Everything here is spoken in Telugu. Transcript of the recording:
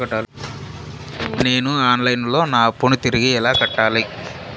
నేను ఆన్ లైను లో నా అప్పును తిరిగి ఎలా కట్టాలి?